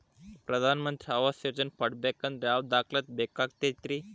ಪ್ರಧಾನ ಮಂತ್ರಿ ಆವಾಸ್ ಯೋಜನೆ ಪಡಿಬೇಕಂದ್ರ ಯಾವ ದಾಖಲಾತಿ ಬೇಕಾಗತೈತ್ರಿ?